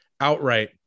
outright